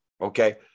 okay